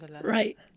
right